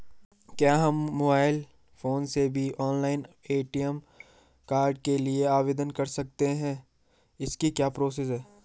क्या हम mobile phone से भी ऑनलाइन ए.टी.एम कार्ड के लिए आवेदन कर सकते हैं इसकी क्या प्रोसेस है?